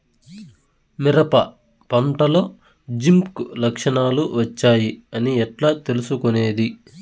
మిరప పంటలో జింక్ లక్షణాలు వచ్చాయి అని ఎట్లా తెలుసుకొనేది?